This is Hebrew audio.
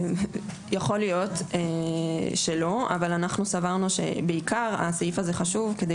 יכול להיות שלא אבל אנחנו סברנו שבעיקר הסעיף הזה חשוב כדי